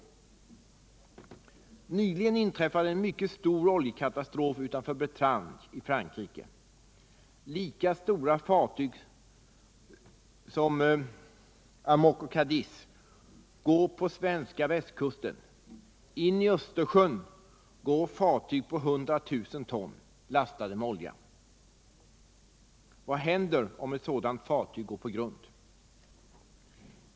Nyligen inträffade en mycket stor oljekatastrof utanför Bretagne i Frankrike. Lika stora fartyg som Amoco Cadiz går ju på svenska västkusten. In i Östersjön går fartyg på 100 000 ton med oljelast. Vad händer om ett sådant fartyg går på grund?